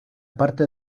parte